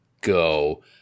go